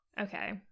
okay